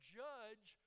judge